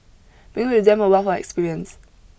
bring with them a wealth of experience